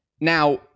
Now